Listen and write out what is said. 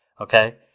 Okay